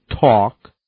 talk